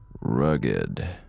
rugged